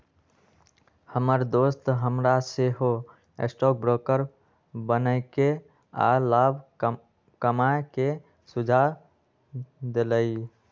हमर दोस हमरा सेहो स्टॉक ब्रोकर बनेके आऽ लाभ कमाय के सुझाव देलइ